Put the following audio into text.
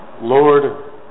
Lord